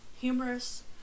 humorous